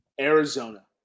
Arizona